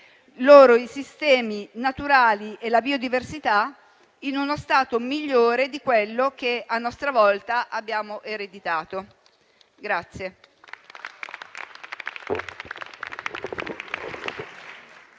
i sistemi naturali e la biodiversità in uno stato migliore di quello che a nostra volta abbiamo ereditato.